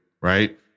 right